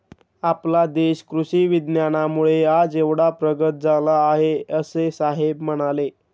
आपला देश कृषी विज्ञानामुळे आज एवढा प्रगत झाला आहे, असे साहेब म्हणाले